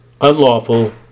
unlawful